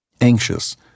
anxious